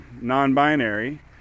non-binary